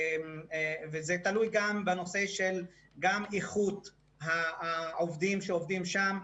וזה תלוי גם באיכות העובדים שעובדים שם.